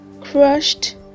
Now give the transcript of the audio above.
crushed